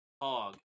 Hog